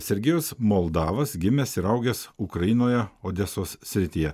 sergejus moldavas gimęs ir augęs ukrainoje odesos srityje